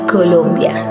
Colombia